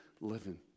living